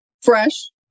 fresh